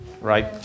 right